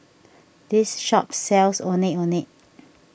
this shop sells Ondeh Ondeh